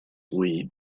oui